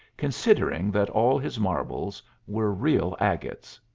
considering that all his marbles were real agates.